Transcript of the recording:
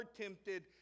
tempted